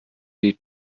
die